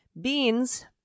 Beans